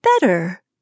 better